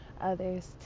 others